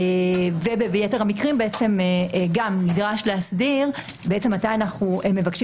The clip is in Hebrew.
ביתר המקרים נדרש להסדיר מתי אנחנו מבקשים